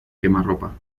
quemarropa